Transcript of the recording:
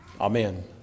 Amen